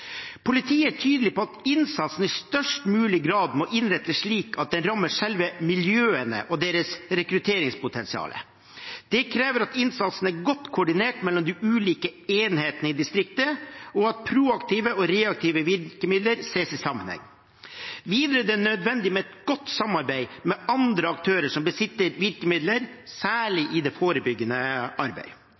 Politiet er tydelig på at innsatsen i størst mulig grad må innrettes slik at den rammer selve miljøene og deres rekrutteringspotensial. Det krever at innsatsen er godt koordinert mellom de ulike enhetene i distriktet, og at proaktive og reaktive virkemidler ses i sammenheng. Videre er det nødvendig med et godt samarbeid med andre aktører som besitter virkemidler, særlig i det forebyggende